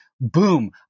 boom